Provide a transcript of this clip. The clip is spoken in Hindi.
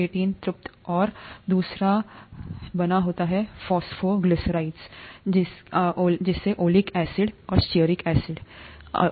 C18 संतृप्त और दूसरासे बना है फॉस्फोग्लिसराइड्सजिसमें ओलिक और स्टीयरिक एसिड होते हैं